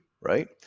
right